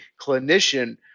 clinician